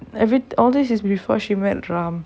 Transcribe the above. every all these is before she met ram